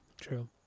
true